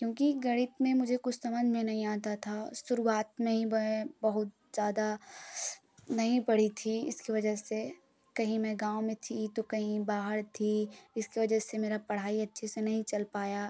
क्योंकि गणित में मुझे कुछ समझ में नहीं आता था शुरुआत में ही वह बहुत ज्यादा नहीं पढ़ी थी इसकी वजह से कहीं मैं गाँव में थी तो कहीं बाहर थी इसकी वजह से मेरा पढ़ाई अच्छे से नहीं चल पाया